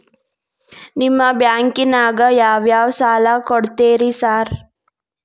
ನಿಮ್ಮ ಬ್ಯಾಂಕಿನಾಗ ಯಾವ್ಯಾವ ಸಾಲ ಕೊಡ್ತೇರಿ ಸಾರ್?